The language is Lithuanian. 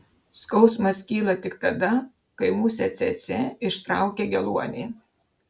skausmas kyla tik tada kai musė cėcė ištraukia geluonį